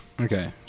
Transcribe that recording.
Okay